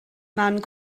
man